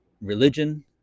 Religion